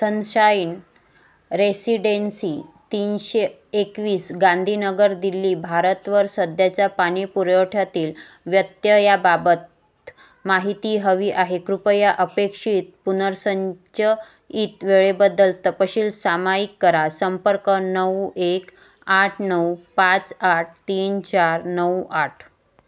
sunshine residency तीनशे एकवीस गांधीनगर दिल्ली भारतवर सध्याच्या पाणी पुरवठ्यातील व्यत्ययाबाबत माहिती हवी आहे कृपया अपेक्षित पुनर्संचयित वेळेबद्दल तपशील सामाईक करा संपर्क नऊ एक आठ नऊ पाच आठ तीन चार नऊ आठ